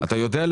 ירידה ברווחיות,